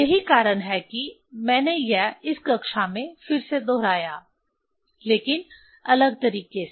यही कारण है कि मैंने यह इस कक्षा में फिर से दोहराया लेकिन अलग तरीके से